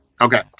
Okay